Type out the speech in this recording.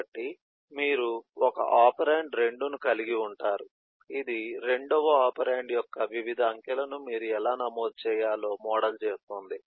కాబట్టి మీరు ఒక ఒపెరాండ్ 2 ను కలిగి ఉంటారు ఇది రెండవ ఒపెరాండ్ యొక్క వివిధ అంకెలను మీరు ఎలా నమోదు చేయాలో మోడల్ చేస్తుంది